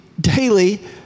daily